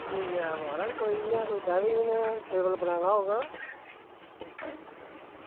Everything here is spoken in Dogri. जी जनाब महाराज कोई इ'यां कोई डाइनिंग टेबल बनाना होग